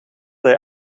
hij